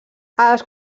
els